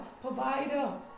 provider